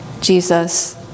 Jesus